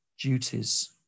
duties